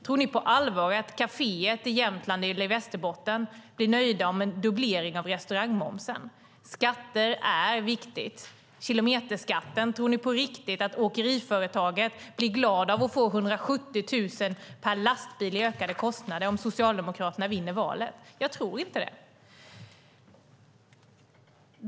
Tror ni på allvar att kaféer i Jämtland eller Västerbotten blir nöjda med en dubblering av restaurangmomsen? Skatter är viktigt. Det gäller även kilometerskatten - tror ni på riktigt att åkeriföretagen blir glada av att få 170 000 per lastbil i ökade kostnader om Socialdemokraterna vinner valet? Jag tror inte det.